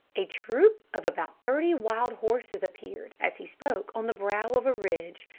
a troop of about thirty wild horses appeared, as he spoke, on the brow of a ridge,